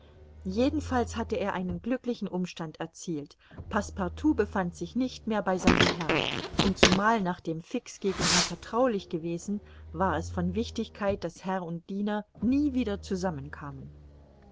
jedenfalls hatte er einen glücklichen umstand erzielt passepartout befand sich nicht mehr bei seinem herrn und zumal nachdem fix gegen ihn vertraulich gewesen war es von wichtigkeit daß herr und diener nie wieder zusammen